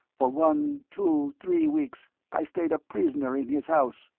for one, two, three weeks i stayed a prisoner in his house.